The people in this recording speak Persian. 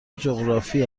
جغرافی